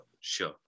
sure